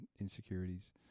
insecurities